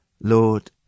Lord